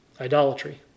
Idolatry